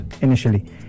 initially